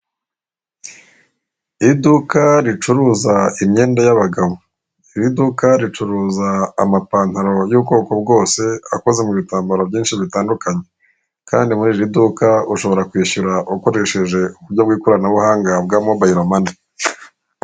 Iduka ricuruza imyenda y'abagabo iriduka ricuruza amapantaro yubwoko bwose akoze mubitambaro byinshi bitandukanye kandi muriri duka ushobora kwishyura ukoresheje uburyo bwikoranabuhanga bwa mobayiro mani.